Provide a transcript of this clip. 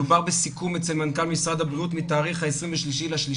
מדובר בסיכום אצל מנכ"ל משרד הבריאות מתאריך ה-23.3.2017.